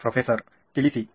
professor ಸರಿ ತಿಳಿಸಿ